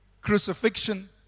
crucifixion